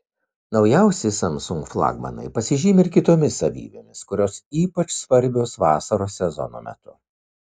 naujausi samsung flagmanai pasižymi ir kitoms savybėmis kurios ypač svarbios vasaros sezono metu